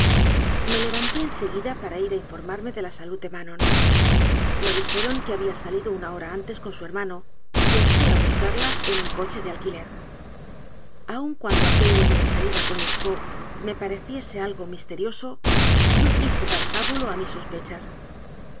le vanté en seguida para ir a informarme de la salud de manon me dijeron que había salido una hora antes con su hermano quien fué a buscarla e n un coche de alquiler aun cuando aquello de la salida con lescaut me pareciese algo misterioso no quise dar pábulo a mis sospechas